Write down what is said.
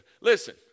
Listen